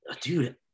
dude